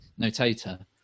notator